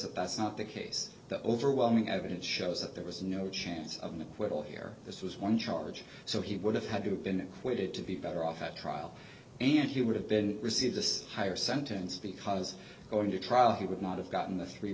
that that's not the case the overwhelming evidence shows that there was no chance of an acquittal here this was one charge so he would have had to have been weighted to be better off at trial and he would have been received this higher sentence because going to trial he would not have gotten the three